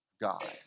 God